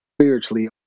spiritually